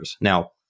Now